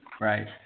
Right